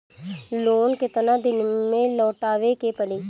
Loan केतना दिन में लौटावे के पड़ी?